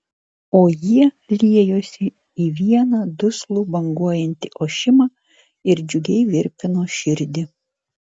o jie liejosi į vieną duslų banguojantį ošimą ir džiugiai virpino širdį